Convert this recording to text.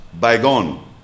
bygone